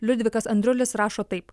liudvikas andriulis rašo taip